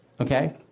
okay